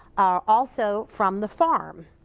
also from the farm.